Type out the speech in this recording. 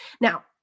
Now